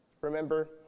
Remember